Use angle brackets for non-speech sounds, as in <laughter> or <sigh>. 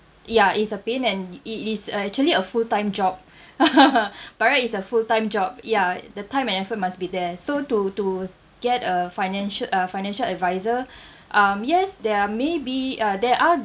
ya it's a pain and it it's uh actually a full time job <breath> <laughs> by right it's a full time job ya the time and effort must be there so to to get a financi~ uh financial adviser <breath> um yes there are maybe uh there are